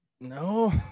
no